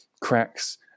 cracks